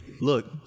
Look